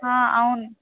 అవును